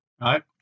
right